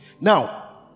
Now